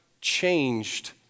changed